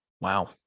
Wow